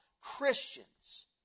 Christians